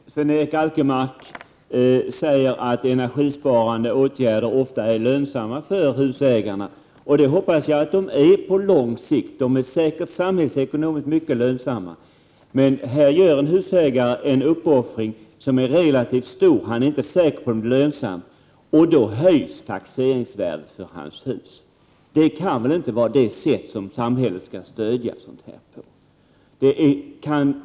Herr talman! Sven-Erik Alkemark sade att energibesparande åtgärder ofta är lönsamma för husägarna, och det hoppas jag att de är på lång sikt. De är säkert samhällsekonomiskt mycket lönsamma. Men här gör en husägare en uppoffring som är relativt stor, och han är inte säker på om den är lönsäm. Och då höjs taxeringsvärdet på hans hus. Det kan väl inte vara det sätt på vilket samhället skall ge ett stöd.